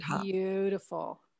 beautiful